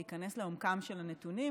להיכנס לעומקם של הנתונים,